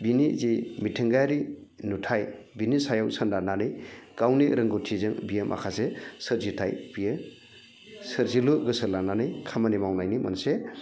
बिनि जि मिथिंगायारि नुथाय बिनि सायाव सोनारनानै गावनि रोंगौथिजों बियो माखासे सोरजिथाय बियो सोरजिलु गोसो लानानै खामानि मावनायनि मोनसे